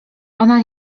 ona